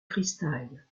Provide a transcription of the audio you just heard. freestyle